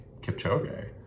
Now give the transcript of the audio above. Kipchoge